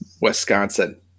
wisconsin